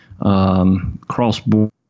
cross-border